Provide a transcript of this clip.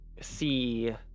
see